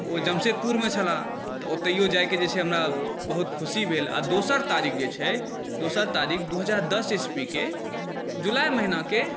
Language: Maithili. ओ जमशेदपुरमे छलाह ओतऽ जाकऽ जे छै हमरा बहुत खुशी भेल आओर दोसर तारीख जे छै दोसर तारीख दुइ हजार दस इसवीके जुलाइ महिनाके